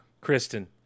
Kristen